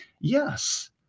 Yes